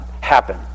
happen